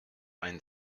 ein